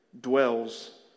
dwells